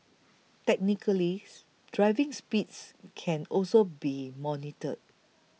technically driving speeds can also be monitored